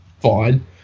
fine